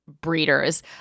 breeders